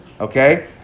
okay